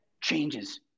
changes